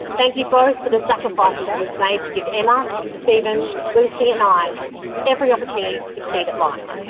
thank you both for the sacrifices you have made to give emma, steven, lucy and i every opportunity to succeed at life.